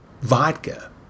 vodka